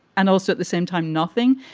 and also, at the same time, nothing.